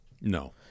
No